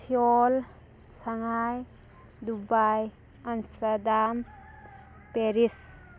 Seoul Shanghai Dubai Amsterdam Paris